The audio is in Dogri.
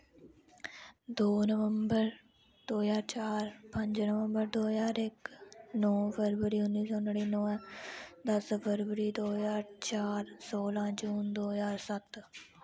दो नंबवर दो ज्हार चार पंज नबंवर दो ज्हार इक्क नौ फरवरी उन्नी सौ नड़ीनुऐं दस्स फरवरी दो ज्हार चार सौलां जून दो ज्हार सत्त